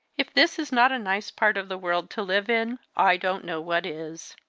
if this is not a nice part of the world to live in, i don't know what is!